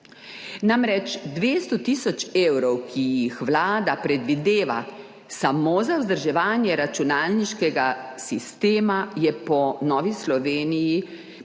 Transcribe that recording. Namreč 200 tisoč evrov, ki jih Vlada predvideva samo za vzdrževanje računalniškega sistema, je po Novi Sloveniji, po mnenju